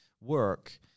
work